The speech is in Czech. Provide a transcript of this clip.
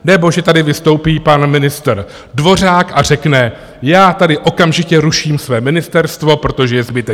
Nebo že tady vystoupí pan ministr Dvořák a řekne: Já tady okamžitě ruším své ministerstvo, protože je zbytečné.